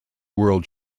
world